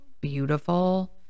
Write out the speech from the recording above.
beautiful